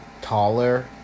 Taller